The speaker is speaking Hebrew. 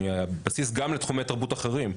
בסיס גם לתחומי תרבות אחרים.